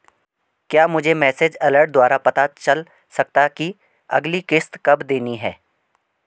क्या मुझे message alert द्वारा पता चल सकता कि अगली किश्त कब देनी है?